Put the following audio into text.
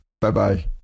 bye-bye